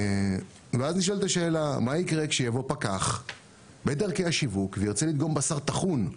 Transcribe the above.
ואז נשאלת השאלה מה יקרה כשיבוא פקח בדרכי השיווק וירצה לדגום בשר טחון?